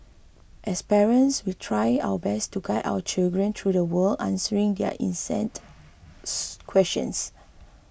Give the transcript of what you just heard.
as parents we try our best to guide our children through the world answering their incessant questions